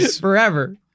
Forever